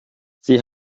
sie